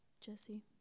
Jesse